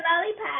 lollipop